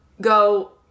go